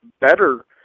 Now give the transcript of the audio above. better